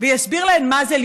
היית צריכה לראות,